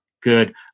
good